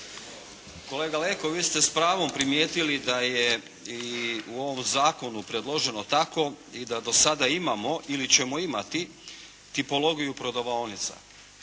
Kolega Leko, vi ste s pravom primijetili da je i u ovom zakonu predloženo tako i da do sada imamo ili ćemo imati tipologiju prodavaonica.